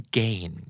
gain